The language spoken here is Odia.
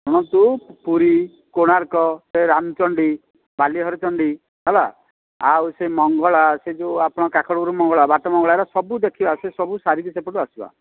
ଶୁଣନ୍ତୁ ପୁରୀ କୋଣାର୍କ ରାମଚଣ୍ଡୀ ବାଲିହାରଚଣ୍ଡୀ ହେଲା ଆଉ ସେ ମଙ୍ଗଳା ସେ ଯେଉଁ ଆପଣ କାକଟପୁର ମଙ୍ଗଳା ବାଟ ମଙ୍ଗଳା ସବୁ ଦେଖିବା ଆଉ ସେ ସବୁ ସାରିକି ସେପଟୁ ଆସିବା